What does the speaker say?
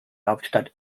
hauptstadt